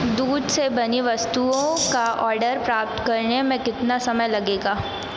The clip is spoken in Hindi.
दूध से बनी वस्तुओं का आर्डर प्राप्त करने में कितना समय लगेगा